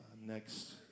next